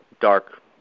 dark